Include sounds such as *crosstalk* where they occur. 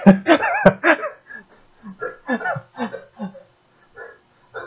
*laughs*